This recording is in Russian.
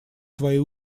свои